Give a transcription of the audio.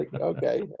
Okay